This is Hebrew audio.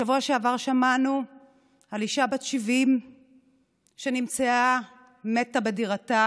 בשבוע שעבר שמענו על אישה בת 70 שנמצאה מתה בדירתה